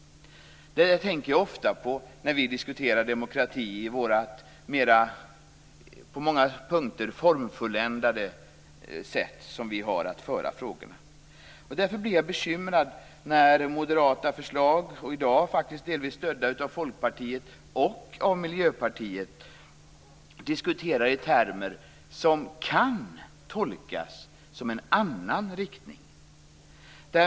Det tänker jag ofta på när vi diskuterar demokrati på vårt mera på många punkter formfulländade sätt. Därför blir jag bekymrad när moderata förslag - i dag delvis stödda av Folkpartiet och Miljöpartiet - förs fram i termer som kan tolkas i en annan riktning.